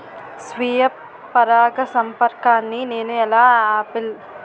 స్వీయ పరాగసంపర్కాన్ని నేను ఎలా ఆపిల్?